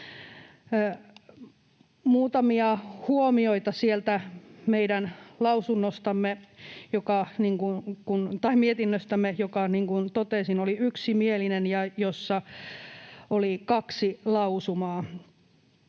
Muutamia huomioita sieltä meidän mietinnöstämme, joka, niin kuin totesin, oli yksimielinen ja jossa oli kaksi lausumaa: